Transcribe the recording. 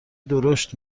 درشت